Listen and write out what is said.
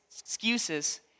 excuses